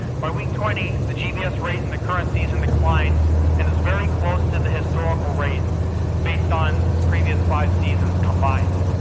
by week twenty the gbs rate in the current season declined and is very close to the historical rate based on previous five seasons combined.